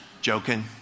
Joking